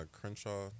Crenshaw